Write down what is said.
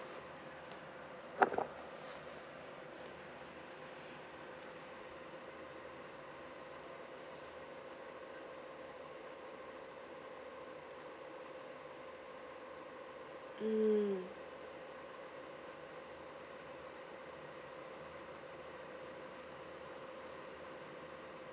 mm